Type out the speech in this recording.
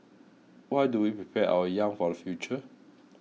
why do we prepare our young for the future